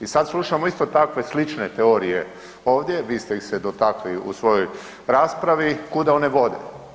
I sad slušamo isto takve slične teorije ovdje, vi ste ih se dotakli u svojoj raspravi, kuda one vode?